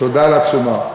תודה על התשומה.